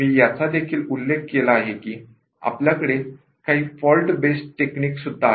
मी याचा देखील उल्लेख केला कि आपल्याकडे काही फॉल्ट बेस्ड टेक्निक्स सुद्धा आहेत